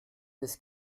des